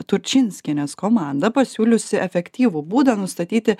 turčinskienės komanda pasiūliusi efektyvų būdą nustatyti